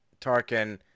Tarkin